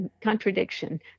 contradiction